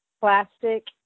plastic